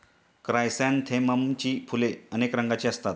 क्रायसॅन्थेममची फुले अनेक रंगांची असतात